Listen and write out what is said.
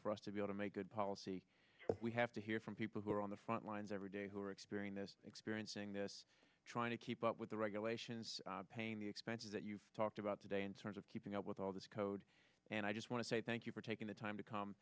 for us to be out to make good policy we have to hear from people who are on the front lines every day who are experiencing experiencing this trying to keep up with the regulation pain expenses that you talked about today in terms of keeping up with all this code and i just want to say thank you for taking the time to come